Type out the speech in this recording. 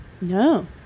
No